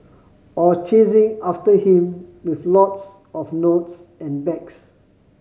or chasing after him with lots of notes and bags